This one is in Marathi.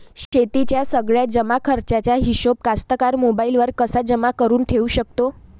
शेतीच्या सगळ्या जमाखर्चाचा हिशोब कास्तकार मोबाईलवर कसा जमा करुन ठेऊ शकते?